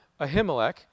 Ahimelech